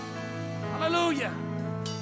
Hallelujah